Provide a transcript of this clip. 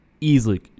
easily